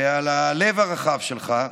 ועל הלב הרחב שלך.